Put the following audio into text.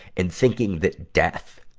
and thinking that death